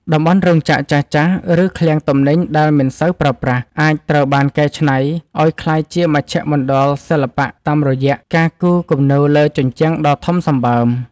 តំបន់រោងចក្រចាស់ៗ ឬឃ្លាំងទំនិញដែលមិនសូវប្រើប្រាស់ អាចត្រូវបានកែច្នៃឱ្យក្លាយជាមជ្ឈមណ្ឌលសិល្បៈតាមរយៈការគូរគំនូរលើជញ្ជាំងដ៏ធំសម្បើម។